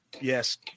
Yes